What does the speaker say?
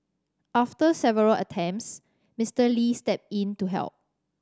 after several attempts Mister Lee stepped in to help